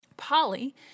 Polly